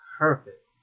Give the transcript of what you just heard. perfect